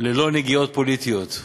ללא נגיעות פוליטיות,